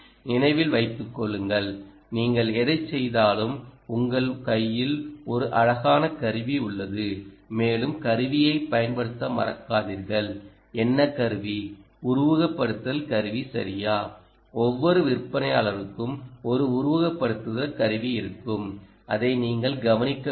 நினைவில் வைத்து கொள்ளுங்கள் நீங்கள் எதைச் செய்தாலும் உங்கள் கையில் ஒரு அழகான கருவி உள்ளது மேலும் கருவியைப் பயன்படுத்த மறக்காதீர்கள் ஒவ்வொரு விற்பனையாளருக்கும் ஒரு உருவகப்படுத்துதல் கருவி இருக்கும் அதை நீங்கள் கவனிக்க வேண்டும்